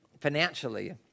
financially